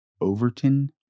Overton